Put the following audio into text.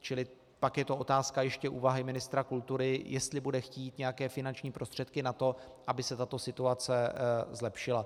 Čili pak je to otázka ještě úvahy ministra kultury, jestli bude chtít nějaké finanční prostředky na to, aby se tato situace zlepšila.